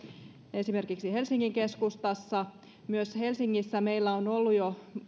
esimerkiksi helsingin keskustassa helsingissä meillä on myös ollut jo